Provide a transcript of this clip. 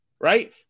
Right